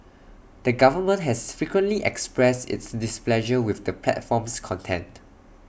the government has frequently expressed its displeasure with the platform's content